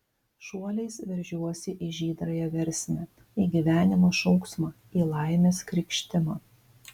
šuoliais veržiuosi į žydrąją versmę į gyvenimo šauksmą į laimės krykštimą